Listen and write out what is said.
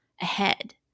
ahead